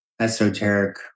esoteric